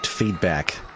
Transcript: feedback